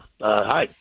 hi